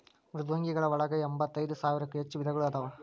ಮೃದ್ವಂಗಿಗಳ ಒಳಗ ಎಂಬತ್ತೈದ ಸಾವಿರಕ್ಕೂ ಹೆಚ್ಚ ವಿಧಗಳು ಅದಾವ